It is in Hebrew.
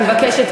אני מבקשת,